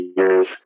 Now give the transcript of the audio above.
years